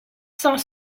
cent